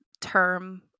term